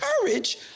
courage